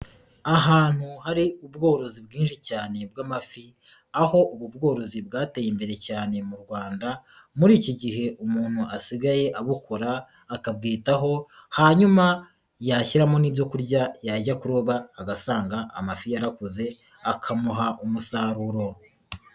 Ahantu hari ubworozi bwinshi cyane bw'amafi, aho ubu bworozi bwateye imbere cyane mu Rwanda, muri iki gihe umuntu asigaye abukora akabwitaho, hanyuma yashyiramo n'ibyo kurya yajya kuroba agasanga amafi yarakoze akamuha umusaruro.